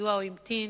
מדוע הוא המתין